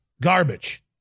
garbage